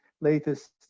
latest